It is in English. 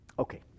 Okay